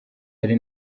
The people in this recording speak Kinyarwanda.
ari